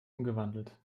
umgewandelt